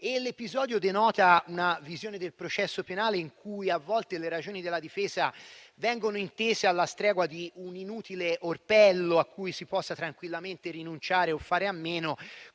L'episodio denota una visione del processo penale in cui, a volte, le ragioni della difesa vengono intese alla stregua di un inutile orpello cui si possa tranquillamente rinunciare o di cui fare a meno,